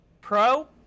Pro